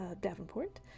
Davenport